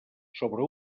sobre